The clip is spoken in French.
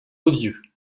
odieux